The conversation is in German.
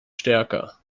stärker